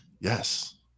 Yes